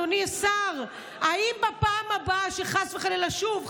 אדוני השר: האם בפעם הבא שחס וחלילה שוב,